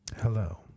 Hello